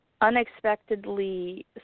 Unexpectedly